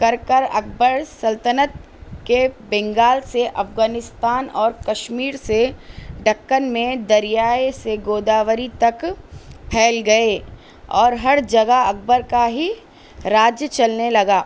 کر کر اکبر سلطنت کے بنگال سے افغانستان اور کشمیر سے دکن میں دریائے سے گوداوری تک پھیل گئے اور ہر جگہ اکبر کا ہی راج چلنے لگا